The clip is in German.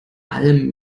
allem